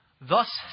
Thus